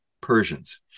Persians